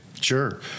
Sure